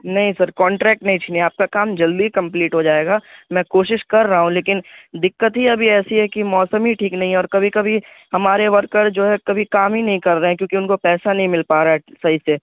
نہیں sir contract نہیں چھینیے آپ کا کام جلدی کمپلیٹ ہو جائے گا میں کوشش کر رہا ہوں لیکن دقت ہی ابھی ایسی ہے کہ موسم ہی ٹھیک نہیں ہے اور کبھی کبھی ہمارے ورکر جو ہے کبھی کام ہی نہیں کر رہے ہیں کیونکہ ان کو پیسہ نہیں مل پا رہا ہے صحیح سے